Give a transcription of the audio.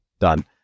done